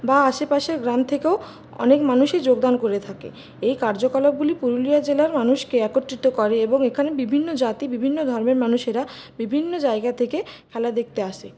বা আশেপাশের গ্রাম থেকেও অনেক মানুষই যোগদান করে থাকে এই কার্যকলাপগুলি পুরুলিয়া জেলার মানুষকে একত্রিত করে এবং এখানে বিভিন্ন জাতি বিভিন্ন ধর্মের মানুষেরা বিভিন্ন জায়গা থেকে খেলা দেখতে আসে